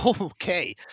Okay